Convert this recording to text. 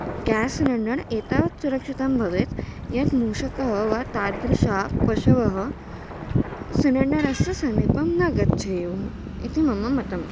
gas cylinder एतावत् सुरक्षितं भवेत् यत् मूषकः वा तादृशाः पशवः सिलिण्डरस्य समीपं न गच्छेयुः इति मम मतम्